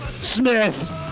Smith